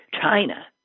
China